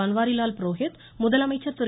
பன்வாரிலால் புரோகித் முதலமைச்சர் திரு